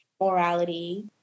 morality